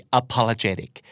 apologetic